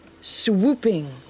swooping